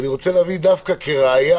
אני רוצה להביא דווקא כראיה,